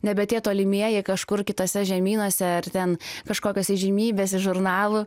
nebe tie tolimieji kažkur kituose žemynuose ar ten kažkokios įžymybės iš žurnalų